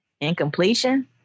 Incompletion